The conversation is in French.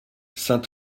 saint